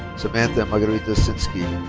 samantha margarita sinski.